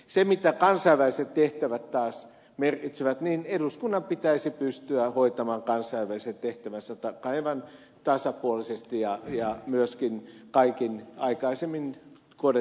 se mitä kansainväliset tehtävät taas merkitsevät niin eduskunnan pitäisi pystyä hoitamaan kansainväliset tehtävänsä aivan tasapuolisesti ja myöskin kaikin aikaisemmin koetuin keinoin